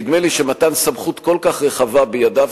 נדמה לי שמתן סמכות כל כך רחבה בידיו